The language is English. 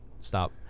Stop